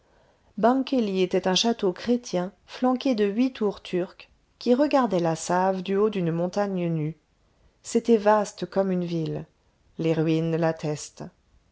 bangkeli était un château chrétien flanqué de huit tours turques qui regardaient la save du haut d'une montagne nue c'était vaste comme une ville les ruines l'attestent